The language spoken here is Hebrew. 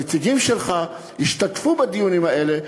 הנציגים שלך השתתפו בדיונים האלה,